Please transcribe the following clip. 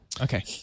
Okay